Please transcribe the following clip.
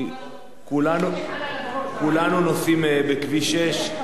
כולנו נוסעים בכביש 6,